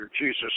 Jesus